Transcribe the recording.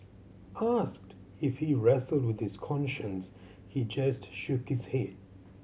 asked if he wrestled with his conscience he just shook his head